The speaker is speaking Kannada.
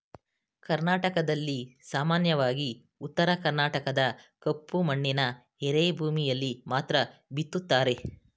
ಕರ್ನಾಟಕದಲ್ಲಿ ಸಾಮಾನ್ಯವಾಗಿ ಉತ್ತರ ಕರ್ಣಾಟಕದ ಕಪ್ಪು ಮಣ್ಣಿನ ಎರೆಭೂಮಿಯಲ್ಲಿ ಮಾತ್ರ ಬಿತ್ತುತ್ತಾರೆ